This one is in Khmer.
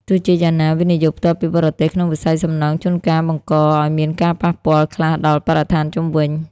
ទោះជាយ៉ាងណា វិនិយោគផ្ទាល់ពីបរទេស ក្នុងវិស័យសំណង់ជួនកាលបង្កឱ្យមានការប៉ះពាល់ខ្លះដល់បរិស្ថានជុំវិញ។